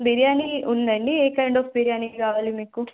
బిర్యానీ ఉందండి a kind of biryani కావాలి మీకు